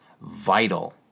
vital